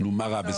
מה רע בזה?